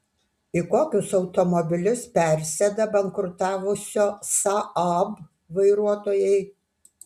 į kokius automobilius persėda bankrutavusio saab vairuotojai